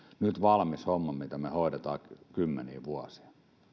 nyt valmis homma mitä me hoidamme kymmeniä vuosia